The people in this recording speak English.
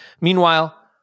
Meanwhile